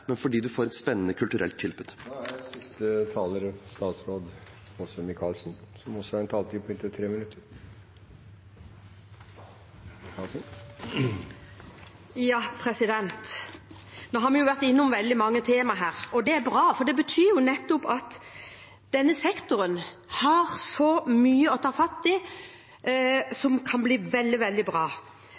Nå har vi vært innom veldig mange temaer, og det er bra, for det betyr at denne sektoren har mye å ta fatt i som kan bli veldig bra.